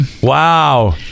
wow